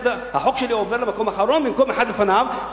שלי עובר למקום אחרון במקום אחד לפניו,